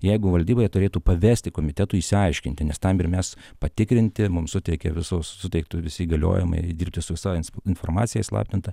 jeigu valdyboje turėtų pavesti komitetui išsiaiškinti nes tam ir mes patikrinti mums suteikė visus suteiktų visi įgaliojimai dirbti su visa informacija įslaptinta